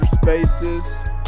spaces